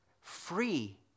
Free